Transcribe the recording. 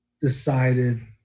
decided